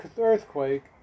earthquake